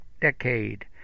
decade